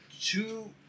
Two